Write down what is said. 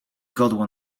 godło